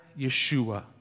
Yeshua